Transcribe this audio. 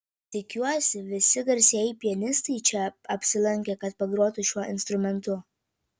tikiuosi visi garsieji pianistai čia apsilankė kad pagrotų šiuo instrumentu